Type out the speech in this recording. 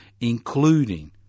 Including